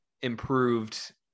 improved